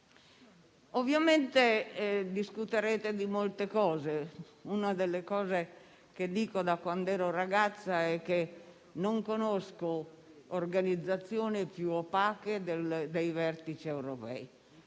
Ovviamente discuterete di molte questioni. Una delle cose che dico da quando ero ragazza è che non conosco organizzazioni più opache dei vertici europei.